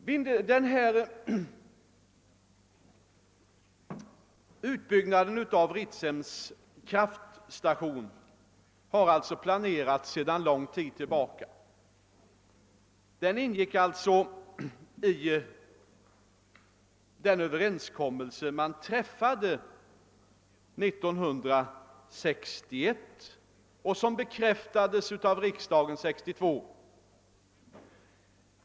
Utbyggnaden av Ritsems kraftstation har planerats sedan lång tid tillbaka. Den ingick i den överenskommelse som träffades 1961 och som bekräftades av riksdagen 1962.